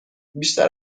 بیشتر